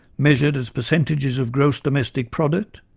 measured as percentages of gross domestic product,